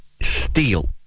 Steel